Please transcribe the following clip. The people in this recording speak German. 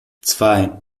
zwei